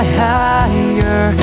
higher